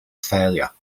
failure